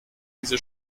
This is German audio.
diese